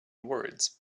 words